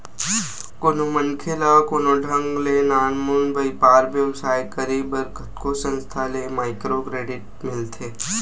कोनो मनखे ल कोनो ढंग ले नानमुन बइपार बेवसाय करे बर कतको संस्था ले माइक्रो क्रेडिट मिलथे